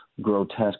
grotesque